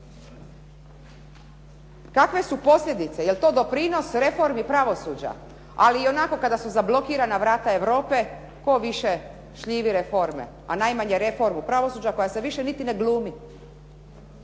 Kakve su posljedice, je li to doprinos reformi pravosuđa. Ali ionako kada su zablokirana vrata Europe tko više šljivi reforme, a najmanje reformu pravosuđa koja se više niti ne glumi.